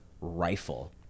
rifle